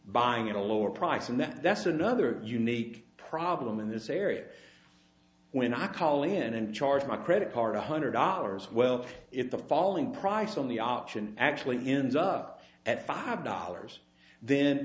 buying at a lower price and that that's another unique problem in this area when i call in and charge my credit card one hundred dollars well if the falling price only option actually ends up at five dollars then